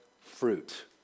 fruit